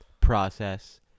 process